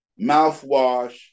mouthwash